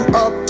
up